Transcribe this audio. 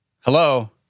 hello